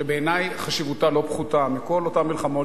שבעיני חשיבותה לא פחותה מכל אותן מלחמות